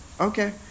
Okay